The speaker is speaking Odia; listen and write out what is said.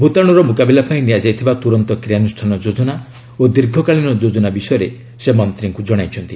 ଭୂତାଣୁର ମୁକାବିଲାପାଇଁ ନିଆଯାଇଥିବା ତୁରନ୍ତ କ୍ରିୟାନୁଷ୍ଠାନ ଯୋଜନା ଓ ଦୀର୍ଘକାଳୀନ ଯୋଜନା ବିଷୟରେ ସେ ମନ୍ତ୍ରୀଙ୍କ ଜଣାଇଛନ୍ତି